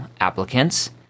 applicants